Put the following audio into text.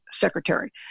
secretary